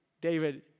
David